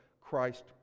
Christ